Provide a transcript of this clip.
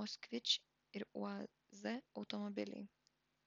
moskvič ir uaz automobiliai